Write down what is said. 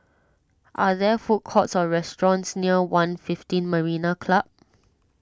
are there food courts or restaurants near one fifteen Marina Club